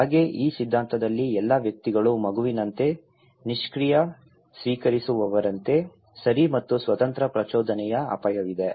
ಹಾಗೆ ಈ ಸಿದ್ಧಾಂತದಲ್ಲಿ ಎಲ್ಲಾ ವ್ಯಕ್ತಿಗಳು ಮಗುವಿನಂತೆ ನಿಷ್ಕ್ರಿಯ ಸ್ವೀಕರಿಸುವವರಂತೆ ಸರಿ ಮತ್ತು ಸ್ವತಂತ್ರ ಪ್ರಚೋದನೆಯ ಅಪಾಯವಿದೆ